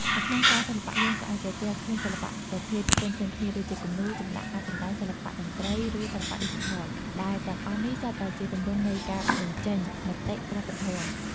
នៅក្នុងសាលសិល្បៈ យើងក៏អាចប្រទះឃើញសិល្បៈប្រភេទផ្សេងៗគ្នា ដូចជាគំនូរ ចម្លាក់ ការសម្តែង សិល្បៈតន្ត្រី ឬសិល្បៈឌីជីថល ដែលទាំងអស់នេះសុទ្ធតែជាទម្រង់នៃការបញ្ចេញមតិវប្បធម៌។